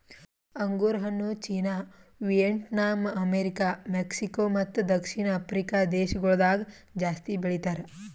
ಅಂಗುರ್ ಹಣ್ಣು China, Vietnam, America, Mexico ಮತ್ತ ದಕ್ಷಿಣ ಆಫ್ರಿಕಾ ದೇಶಗೊಳ್ದಾಗ್ ಜಾಸ್ತಿ ಬೆಳಿತಾರ್